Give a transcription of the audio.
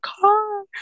car